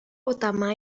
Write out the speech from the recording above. utama